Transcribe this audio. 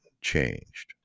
changed